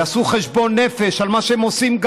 יעשו חשבון נפש על מה שגם הם עושים,